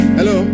Hello